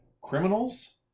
criminals